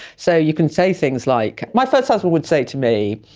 so you can say things like, my first husband would say to me,